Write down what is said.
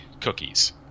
cookies